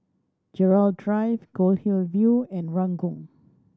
Gerald Drive Goldhill View and Ranggung